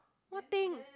what thing